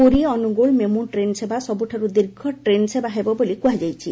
Puri Angul MEMU train ସେବା ସବୁଠାରୁ ଦୀର୍ଘ ଟ୍ରେନ ସେବା ହେବ ବୋଲି କୁହାଯାଇଛି